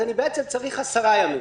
אז אני בעצם צריך 10 ימים.